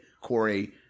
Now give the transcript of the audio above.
Corey